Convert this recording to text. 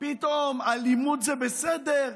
פתאום אלימות זה בסדר.